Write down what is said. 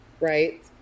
right